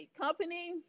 company